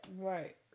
Right